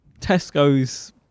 Tesco's